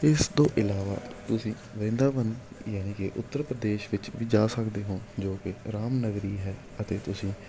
ਇਸ ਤੋਂ ਇਲਾਵਾ ਤੁਸੀਂ ਵਰਿੰਦਾਵਨ ਯਾਨੀ ਕਿ ਉੱਤਰ ਪ੍ਰਦੇਸ਼ ਵਿੱਚ ਵੀ ਜਾ ਸਕਦੇ ਹੋ ਜੋ ਕਿ ਰਾਮ ਨਗਰੀ ਹੈ ਅਤੇ ਤੁਸੀਂ